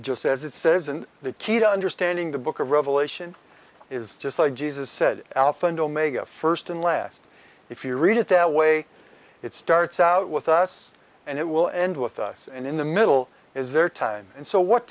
as it says and the key to understanding the book of revelation is just like jesus said alpha and omega first and last if you read it that way it starts out with us and it will end with us and in the middle is their time and so what